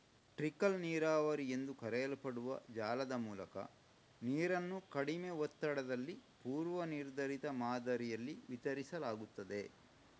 trickle ನೀರಾವರಿ ಎಂದು ಕರೆಯಲ್ಪಡುವ ಜಾಲದ ಮೂಲಕ ನೀರನ್ನು ಕಡಿಮೆ ಒತ್ತಡದಲ್ಲಿ ಪೂರ್ವ ನಿರ್ಧರಿತ ಮಾದರಿಯಲ್ಲಿ ವಿತರಿಸಲಾಗುತ್ತದೆ